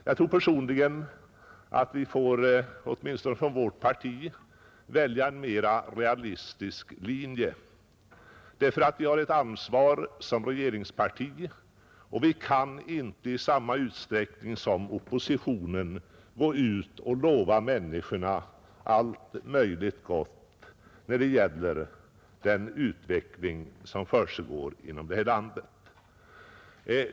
Jag tror personligen att åtminstone vi inom vårt parti får välja en mer realistisk linje. Vi har ett ansvar som regeringsparti och kan inte i samma utsträckning som oppositionen gå ut och lova människorna allt möjligt gott när det gäller utvecklingen i landet.